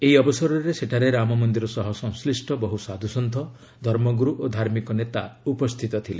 ଏହି ଅବସରରେ ସେଠାରେ ରାମ ମନ୍ଦିର ସହ ସଂଶ୍ଳିଷ୍ଟ ବହୁ ସାଧୁସନ୍ଥ ଧର୍ମଗୁରୁ ଓ ଧାର୍ମିକ ନେତା ଉପସ୍ଥିତ ଥିଲେ